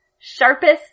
sharpest